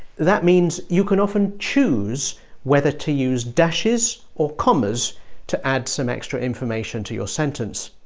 that means you can often choose whether to use dashes or commas to add some extra information to your sentence.